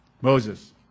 Moses